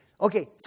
Okay